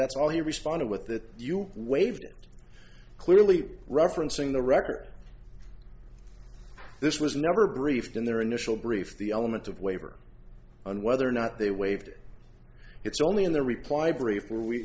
that's all he responded with that you waived it clearly referencing the record this was never briefed in their initial brief the element of waiver and whether or not they waived it it's only in the reply brief where we